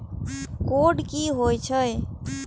Code की होय छै?